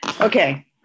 Okay